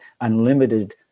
unlimited